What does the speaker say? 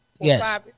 Yes